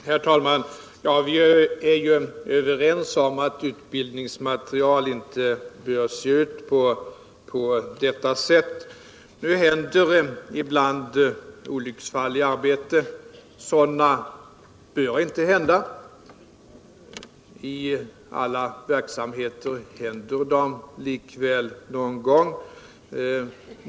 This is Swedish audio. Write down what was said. Herr talman! Vi är ju överens om att utbildningsmaterial inte bör se ut på detta sätt. Nu händer ibland olycksfall i arbetet. Sådana bör inte hända. I alla verksamheter händer de likväl någon gång.